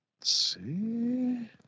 see